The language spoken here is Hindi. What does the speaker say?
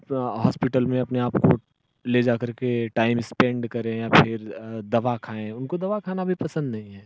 अपना हॉस्पिटल में अपने आप को ले जाकर के टाइम स्पेंड करें या फिर दवा खाएँ उनको दावा खाना भी पसंद नहीं है